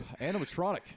Animatronic